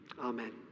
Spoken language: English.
Amen